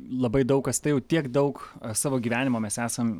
labai daug kas tai tiek daug savo gyvenimo mes esam